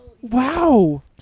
Wow